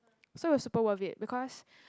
so it was super worth it because